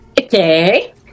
Okay